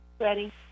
Ready